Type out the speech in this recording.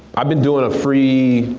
i've been doing a free,